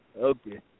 Okay